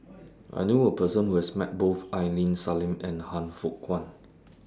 I knew A Person Who has Met Both Aini Salim and Han Fook Kwang